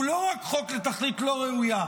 הוא לא רק חוק לתכלית לא ראויה,